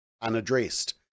unaddressed